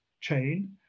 chain